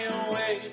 away